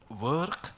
work